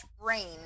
brain